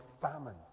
famine